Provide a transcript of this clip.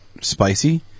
spicy